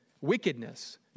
wickedness